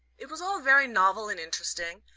it was all very novel and interesting,